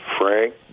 Frank